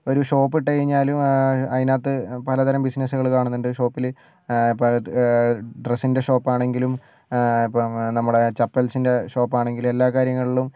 ഒരു ഷോപ്പ് ഇട്ടുകഴിഞ്ഞാലും അതിനകത്ത് പലതരം ബിസിനസ്സുകൾ കാണുന്നുണ്ട് ഷോപ്പിൽ പറട്ട് ഡ്രസ്സിൻ്റെ ഷോപ്പ് ആണെങ്കിലും ഇപ്പം നമ്മുടെ ചപ്പൽസിന്റെ ഷോപ്പ് ആണെങ്കിലും എല്ലാ കാര്യങ്ങളിലും